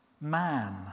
Man